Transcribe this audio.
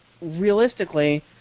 realistically